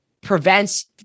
prevents